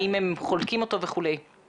האם הם חולקים אותו ועם מי?